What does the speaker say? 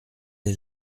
est